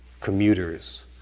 commuters